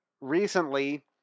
recently